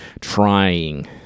trying